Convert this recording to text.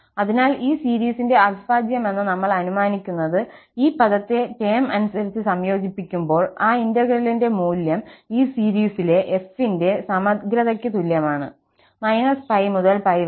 അതിനാൽ ഈ സീരീസിന്റെ അവിഭാജ്യമെന്ന് നമ്മൾ അനുമാനിക്കുന്നത് ഈ പദത്തെ ടേം അനുസരിച്ച് സംയോജിപ്പിക്കുമ്പോൾ ആ ഇന്റഗ്രലിന്റെ മൂല്യം ഈ ശ്രേണിയിലെ f ന്റെ സമഗ്രതയ്ക്ക് തുല്യമാണ് π മുതൽ π വരെ